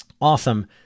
awesome